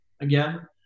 again